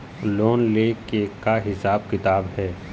Loan ले के का हिसाब किताब हे?